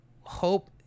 hope